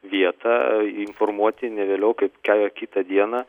vietą informuoti ne vėliau kaip kitą dieną